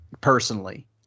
personally